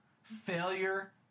failure